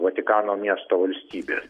vatikano miesto valstybė